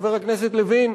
חבר הכנסת לוין,